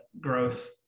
growth